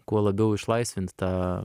kuo labiau išlaisvint tą